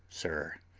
sir,